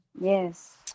Yes